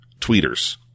tweeters